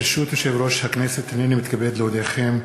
ברשות יושב-ראש הכנסת, הנני מתכבד להודיעכם,